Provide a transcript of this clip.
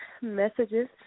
messages